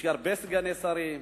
יש הרבה סגני שרים,